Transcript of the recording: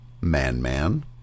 Man-Man